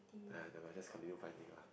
ah nevermind just continue finding lah